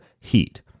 heat